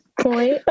point